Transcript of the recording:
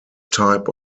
type